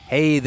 Hey